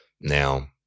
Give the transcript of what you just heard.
Now